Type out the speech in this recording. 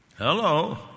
hello